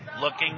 looking